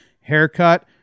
haircut